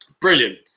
brilliant